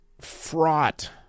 fraught